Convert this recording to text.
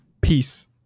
Peace